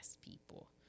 people